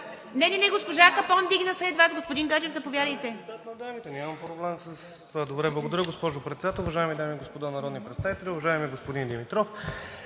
Не, не, госпожа Капон вдигна след Вас, господин Гаджев, заповядайте.